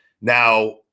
Now